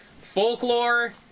Folklore